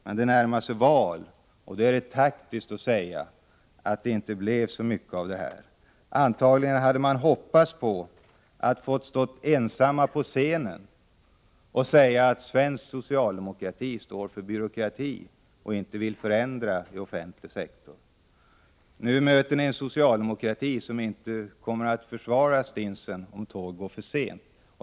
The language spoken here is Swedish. Men valet närmar sig, och då är det taktiskt att säga att det inte blev så mycket av regeringens arbete på denna punkt. Antagligen hade de borgerliga hoppats att få stå ensamma på scenen och säga att svensk socialdemokrati står för byråkrati och inte vill förändra i den offentliga sektorn. Nu möter ni en socialdemokrati som inte kommer att försvara stinsen om tåget går för sent.